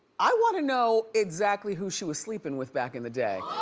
i wanna know exactly who she was sleeping with back in the day.